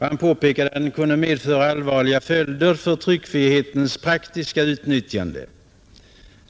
Han påpekade att den kunde medföra allvarliga följder för tryckfrihetens praktiska utnyttjande.